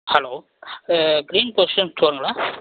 hello uh green version ஸ்டோருங்ளா